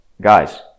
guys